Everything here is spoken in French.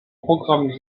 programme